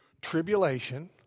tribulation